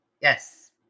Yes